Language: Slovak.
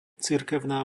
cirkevná